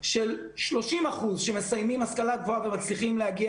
על 30% שמסיימים השכלה גבוהה ומצליחים להגיע